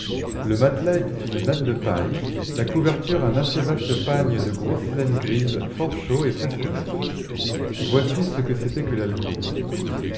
le matelas était une natte de paille la couverture un assez vaste pagne de grosse laine grise fort chaud et presque neuf voici ce que c'était que l'alcôve